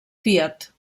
fiat